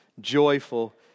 joyful